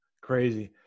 crazy